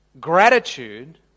gratitude